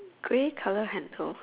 grey colour handle